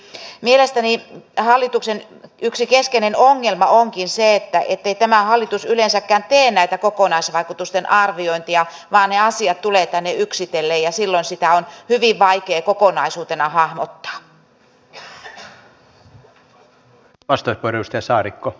mielestäni hallituksen yksi keskeinen ongelma onkin se ettei tämä hallitus yleensäkään tee näitä kokonaisvaikutusten arviointeja vaan ne asiat tulevat tänne yksitellen ja silloin niitä on hyvin vaikea kokonaisuutena hahmottaa